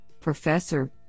professor